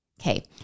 Okay